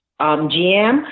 GM